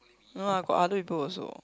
no lah got other people also